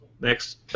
Next